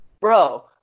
bro